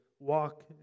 walk